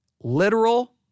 Literal